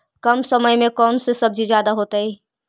कम समय में कौन से सब्जी ज्यादा होतेई?